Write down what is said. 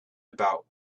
about